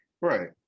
right